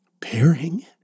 pairing